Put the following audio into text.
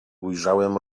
ujrzałem